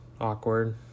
awkward